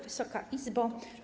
Wysoka Izbo!